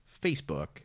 Facebook